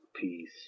peace